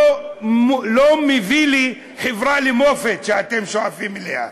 לא מביאים לחברה למופת שאתם שואפים אליה.